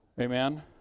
Amen